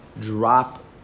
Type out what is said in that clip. drop